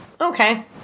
okay